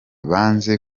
banze